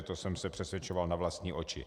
To jsem se přesvědčoval na vlastní oči.